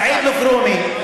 סעיד אלחרומי,